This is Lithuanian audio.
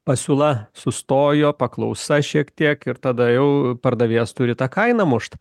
pasiūla sustojo paklausa šiek tiek ir tada jau pardavėjas turi tą kainą mušt